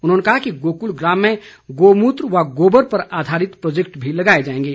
उन्होंने कहा कि गोकुल ग्राम में गौमूत्र व गोबर पर आधारित प्रोजैक्ट भी लगाए जाएंगे